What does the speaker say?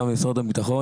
ם במשרד הביטחון,